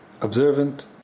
observant